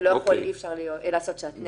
ואי-אפשר לעשות שעטנז.